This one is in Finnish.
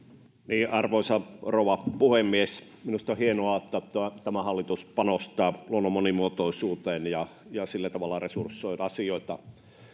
arvoisa rouva puhemies minusta on hienoa että tämä hallitus panostaa luonnon monimuotoisuuteen ja ja sillä tavalla resursoi asioita